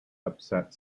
upset